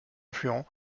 affluent